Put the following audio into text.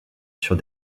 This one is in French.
sur